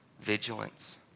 vigilance